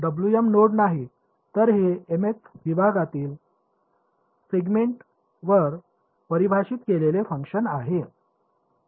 तर नोड नाही तर हे mth विभागातील सेगमेंट वर परिभाषित केलेले फंक्शन आहे